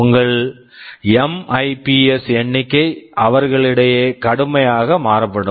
உங்கள் MIPS MIPS எண்ணிக்கை அவர்களிடையே கடுமையாக மாறுபடும்